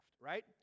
right